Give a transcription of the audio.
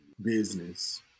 business